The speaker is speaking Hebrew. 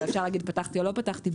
אפשר להגיד פתחתי או לא פתחתי.